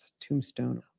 tombstone